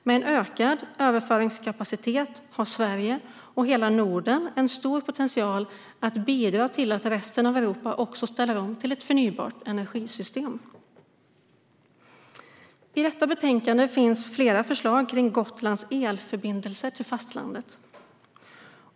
Med en ökad överföringskapacitet har Sverige och hela Norden en stor potential att bidra till att resten av Europa ställer om till ett förnybart energisystem. I detta betänkande finns flera förslag kring Gotlands elförbindelser till fastlandet.